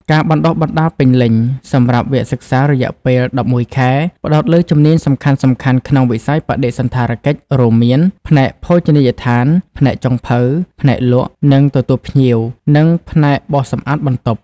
ការបណ្តុះបណ្តាលពេញលេញ សម្រាប់វគ្គសិក្សារយៈពេល ១១ ខែ ផ្តោតលើជំនាញសំខាន់ៗក្នុងវិស័យបដិសណ្ឋារកិច្ច រួមមាន ផ្នែកភោជនីយដ្ឋាន ផ្នែកចុងភៅ ផ្នែកលក់ និងទទួលភ្ញៀវ និងផ្នែកបោសសម្អាតបន្ទប់។